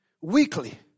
Weekly